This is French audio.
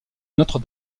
notre